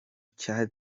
cyateye